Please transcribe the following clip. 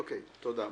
אוקיי, תודה.